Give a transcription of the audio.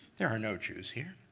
there are no jews here.